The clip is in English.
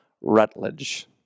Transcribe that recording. Rutledge